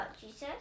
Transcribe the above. Jesus